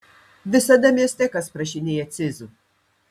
visada mieste kas prašinėja cizų